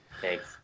Thanks